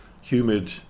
humid